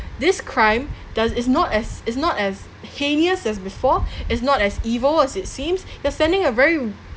this crime does is not as is not as heinous as before is not as evil as it seems you'er sending a very